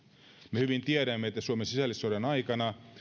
me hyvin tiedämme että suomen sisällissodan aikana